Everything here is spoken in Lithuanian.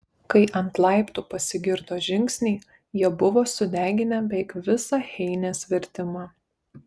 kai ant laiptų pasigirdo žingsniai jie buvo sudeginę beveik visą heinės vertimą